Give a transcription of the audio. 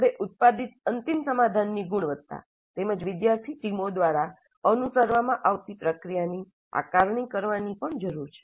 આપણે ઉત્પાદિત અંતિમ સમાધાનની ગુણવત્તા તેમજ વિદ્યાર્થી ટીમો દ્વારા અનુસરવામાં આવતી પ્રક્રિયાની આકારણી કરવાની પણ જરૂર છે